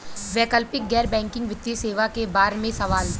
वैकल्पिक गैर बैकिंग वित्तीय सेवा के बार में सवाल?